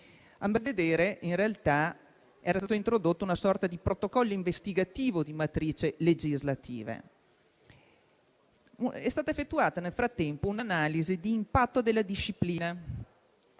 vedere, in realtà, era stata introdotta una sorta di protocollo investigativo di matrice legislativa. È stata effettuata nel frattempo un'analisi di impatto della disciplina;